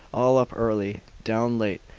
all up early, down late,